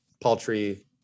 paltry